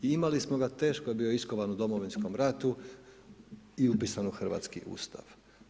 I imali smo ga, teško je bio iskovan u Domovinskom ratu i upisan u Hrvatski Ustav.